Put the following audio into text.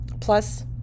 plus